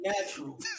natural